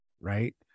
right